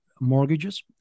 mortgages